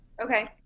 Okay